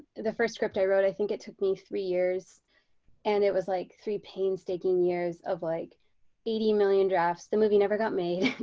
the first script i wrote i think it took me three years and it was like three painstaking years of like eighty million drafts, the movie never got made.